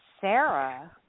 Sarah